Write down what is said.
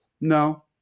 No